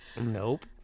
Nope